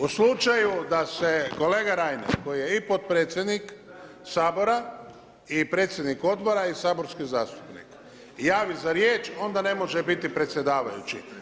U slučaju da se, kolega Reiner koji je i potpredsjednik Sabora i predsjednik Odbora i saborski zastupnik javi za riječ onda ne može biti predsjedavajući.